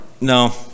no